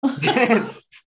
Yes